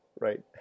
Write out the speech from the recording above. Right